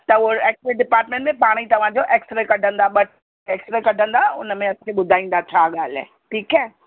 त हू x-ray department में पाणे ई तव्हांजो ऐक्सरे कढंदा बस ऐक्सरे कढंदा उन में ॿुधाईंदा छा ॻाल्हि आहे ठीकु आहे